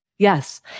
Yes